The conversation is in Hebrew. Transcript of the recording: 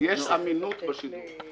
יש אמינות בשידורים.